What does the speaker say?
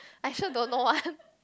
I also don't know one